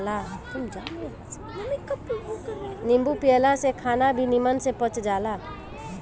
नींबू पियला से खाना भी निमन से पच जाला